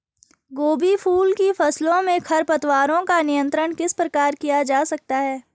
गोभी फूल की फसलों में खरपतवारों का नियंत्रण किस प्रकार किया जा सकता है?